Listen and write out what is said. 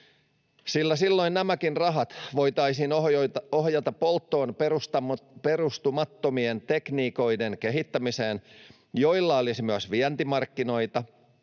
sillä silloin nämäkin rahat voitaisiin ohjata polttoon perustumattomien tekniikoiden kehittämiseen, joilla olisi myös vientimarkkinoita